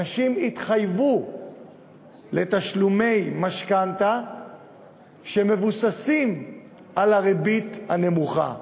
אנשים התחייבו לתשלומי משכנתה שמבוססים על הריבית הנמוכה.